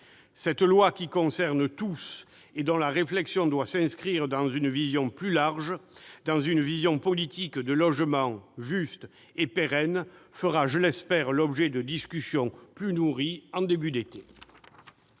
de loi, qui nous concerne tous et dont la réflexion doit s'inscrire dans une vision plus large, dans une vision politique de logement juste et pérenne, fera, je l'espère, l'objet de discussions plus nourries au début de l'été.